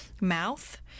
mouth